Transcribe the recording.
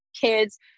kids